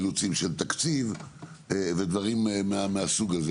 אילוצים של תקציב ודברים מהסוג הזה,